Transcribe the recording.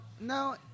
no